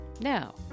Now